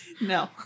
No